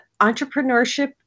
entrepreneurship